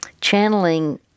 channeling